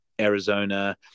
Arizona